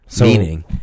meaning